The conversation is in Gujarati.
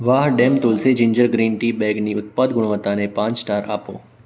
Vahdam tulsi ginger green tea બેગની ઉત્પાદ ગુણવત્તાને પાંચ સ્ટાર આપો